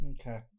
Okay